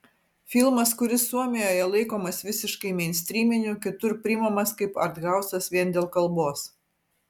filmas kuris suomijoje laikomas visiškai meinstryminiu kitur priimamas kaip arthausas vien dėl kalbos